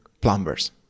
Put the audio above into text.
plumbers